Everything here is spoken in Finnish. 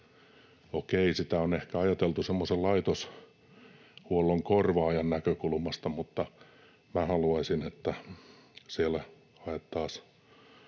sitä on ehkä ajateltu semmoisen laitoshuollon korvaajan näkökulmasta, mutta haluaisin, että siellä haettaisiin